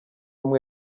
umwe